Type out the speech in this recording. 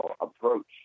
approach